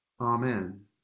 Amen